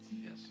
Yes